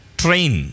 train